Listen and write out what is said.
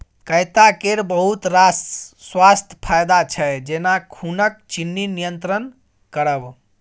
कैता केर बहुत रास स्वास्थ्य फाएदा छै जेना खुनक चिन्नी नियंत्रण करब